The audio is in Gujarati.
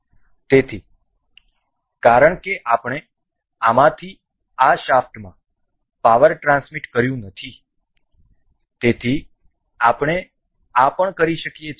તેથી કારણ કે આપણે આમાંથી આ શાફ્ટમાં પાવર ટ્રાન્સમિટ કર્યું નથી તેથી આપણે આ પણ કરી શકીએ